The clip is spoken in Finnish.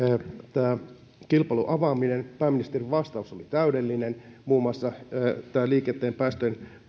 tämä kilpailun avaaminen hallitukselle ideologinen asia pääministerin vastaus oli täydellinen muun muassa liikenteen päästöjen